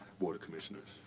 board of commissioners.